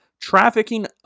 trafficking